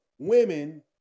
Women